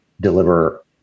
deliver